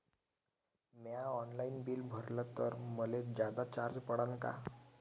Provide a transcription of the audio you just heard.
म्या online bill भरलं तर मले जादा चार्ज पडन का?